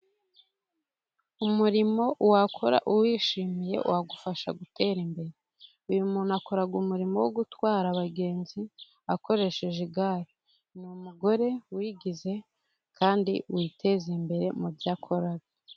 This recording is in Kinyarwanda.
umurimo wakora uwishimiye wagufasha gutera imbere. uyu muntu akora umurimo wo gutwara abagenzi akoresheje igare. Ni umugore wigize, kandi witeza imbere mu byo akora.